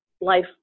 life